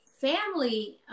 family